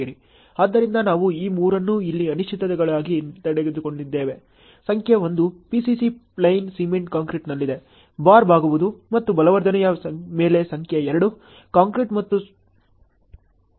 ಆದ್ದರಿಂದ ನಾವು ಈ ಮೂರನ್ನು ಇಲ್ಲಿ ಅನಿಶ್ಚಿತತೆಗಳಾಗಿ ತೆಗೆದುಕೊಂಡಿದ್ದೇವೆ ಸಂಖ್ಯೆ 1 PCC ಪ್ಲೈನ್ ಸಿಮೆಂಟ್ ಕಾಂಕ್ರೀಟ್ನಲ್ಲಿದೆ ಬಾರ್ ಬಾಗುವುದು ಮತ್ತು ಬಲವರ್ಧನೆಯ ಮೇಲೆ ಸಂಖ್ಯೆ 2 ಕಾಂಕ್ರೀಟ್ ಮತ್ತು ಸಂಕೋಚನದ ಮೇಲೆ ಸಂಖ್ಯೆ 3